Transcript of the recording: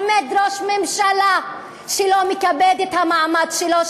עומד ראש ממשלה שלא מכבד את המעמד שלו,